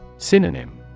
Synonym